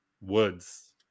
Woods